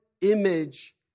image